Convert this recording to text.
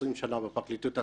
20 שנה בפרקליטות הצבאית.